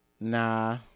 nah